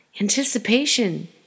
anticipation